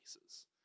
places